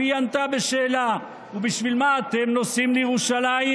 והיא ענתה בשאלה: ובשביל מה אתם נוסעים לירושלים?